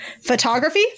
photography